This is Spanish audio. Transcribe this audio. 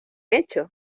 hecho